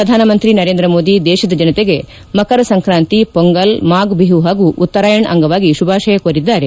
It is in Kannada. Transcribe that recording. ಪ್ರಧಾನಮಂತ್ರಿ ನರೇಂದ್ರ ಮೋದಿ ದೇಶದ ಜನತೆಗೆ ಮಕರ ಸಂಕ್ರಾಂತಿ ಪೊಂಗಲ್ ಮಾಫ್ ಬಿಹು ಹಾಗೂ ಉತ್ತರಾಯಣ್ ಅಂಗವಾಗಿ ಶುಭಾಶಯ ಕೋರಿದ್ದಾರೆ